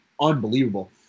unbelievable